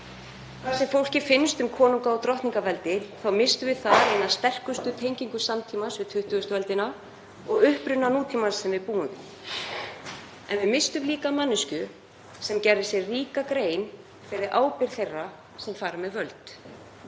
Hvað sem fólki finnst um konunga- og drottningaveldi þá misstum við eina sterkustu tengingu samtímans við 20. öldina og uppruna nútímans sem við búum við. En við misstum líka manneskju sem gerði sér ríka grein fyrir ábyrgð þeirra sem fara með völd,